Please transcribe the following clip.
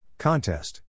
Contest